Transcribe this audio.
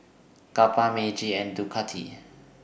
Kappa Meiji and Ducati